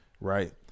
right